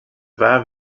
war